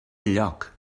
enlloc